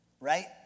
right